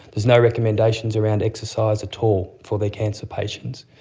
is no recommendations around exercise at all for their cancer patients.